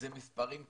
זה מספרים קטנים.